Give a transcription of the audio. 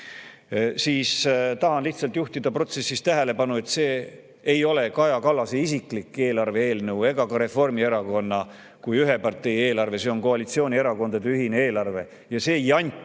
anna. Tahan lihtsalt juhtida tähelepanu, et see ei ole Kaja Kallase isiklik eelarve-eelnõu ega ka Reformierakonna kui ühe partei eelarve. See on koalitsioonierakondade ühine eelarve. See jant,